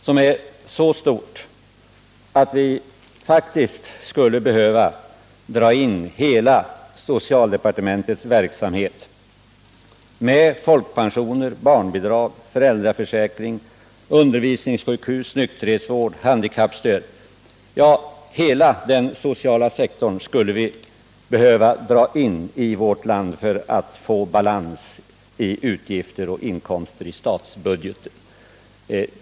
Det är så stort att vi faktiskt skulle behöva dra in hela socialdepartementets verksamhet innefattande folkpensioner, barnbidrag, föräldraförsäkring, undervisningssjukhus, nykterhetsvård, handikappstöd osv. Ja, vi skulle behöva dra in hela den sociala sektorn i vårt land för att få balans mellan utgifter och inkomster i statsbudgeten.